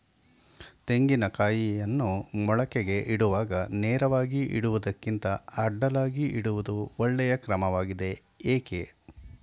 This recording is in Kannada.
ತೆಂಗಿನ ಕಾಯಿಯನ್ನು ಮೊಳಕೆಗೆ ಇಡುವಾಗ ನೇರವಾಗಿ ಇಡುವುದಕ್ಕಿಂತ ಅಡ್ಡಲಾಗಿ ಇಡುವುದು ಒಳ್ಳೆಯ ಕ್ರಮವಾಗಿದೆ ಏಕೆ?